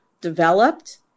developed